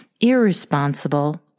irresponsible